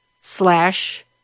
slash